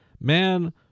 Man